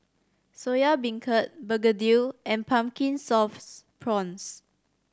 Soya Beancurd begedil and Pumpkin Sauce Prawns